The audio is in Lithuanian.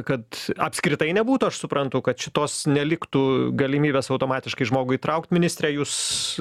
kad apskritai nebūtų aš suprantu kad šitos neliktų galimybės automatiškai žmogų įtraukt ministre jūs